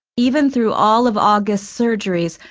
even through all of august's surgeries,